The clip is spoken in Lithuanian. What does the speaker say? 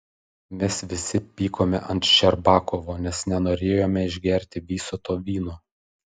mes visi pykome ant ščerbakovo nes nenorėjome išgerti viso to vyno